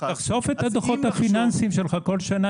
--- תחשוף את הדוחות הפיננסיים שלך כל שנה,